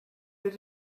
did